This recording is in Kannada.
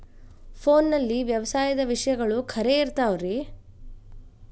ಫೋನಲ್ಲಿ ವ್ಯವಸಾಯದ ವಿಷಯಗಳು ಖರೇ ಇರತಾವ್ ರೇ?